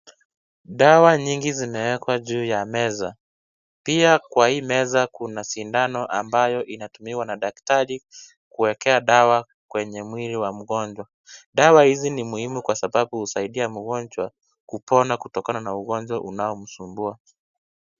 Dawa nyingi zinaekwa juu ya meza, pia kwa hii meza kuna sindano ambayo inatumiwa na daktari, kuekea dawa kwenye mwili wa mgonjwa, dawa hizi ni muhimu kwa sababu husaidia mgonjwa, kupona kutokana na ugonjwa unao msumbua.